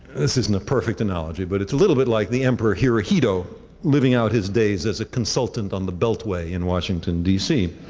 this isn't a perfect analogy, but it's a little bit like the emperor hirohito living out his days as a consultant on the beltway in washington, dc.